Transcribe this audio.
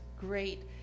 great